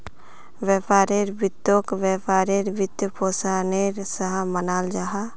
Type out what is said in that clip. व्यापार वित्तोक व्यापारेर वित्त्पोशानेर सा मानाल जाहा